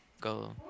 go